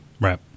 Right